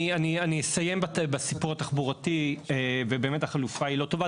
אני אסיים בסיפור התחבורתי ובאמת החלופה היא לא טובה.